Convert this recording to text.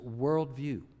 worldview